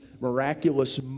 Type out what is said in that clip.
miraculous